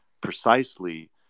precisely